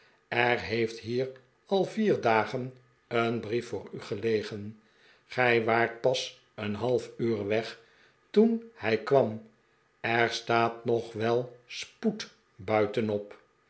er heeft hier al vier dagen een brief voor u gelegen gij waart pas een half uur weg toen hij kwam er staat nog wel spoed buitenop